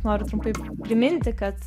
noriu trumpai priminti kad